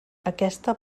aquesta